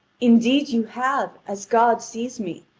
indeed you have, as god sees me,